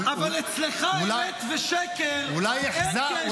אבל אצלך אמת ושקר, אין קשר.